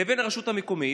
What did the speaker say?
לבין הרשות המקומית.